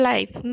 Life